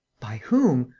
by whom?